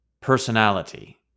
personality